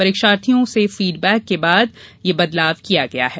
परीक्षार्थियों से फीडबैक के बाद यह बदलाव किया गया है